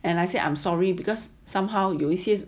and I said I'm sorry because somehow 有一些